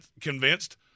convinced